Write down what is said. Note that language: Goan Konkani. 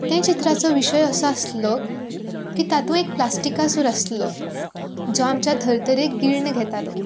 त्या चित्राचो विशय असो आसलो की तातूंत एक प्लास्टिकासूर आसलो जो आमच्या धर्तरेक गिळून घेतालो